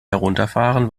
herunterfahren